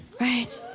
right